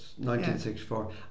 1964